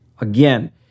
Again